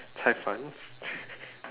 cai-fan